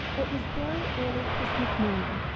it was very early christmas morning,